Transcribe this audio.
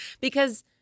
because-